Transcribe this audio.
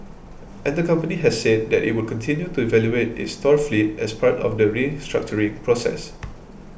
and the company has said that it would continue to evaluate its store fleet as part of the restructuring process